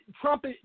Trump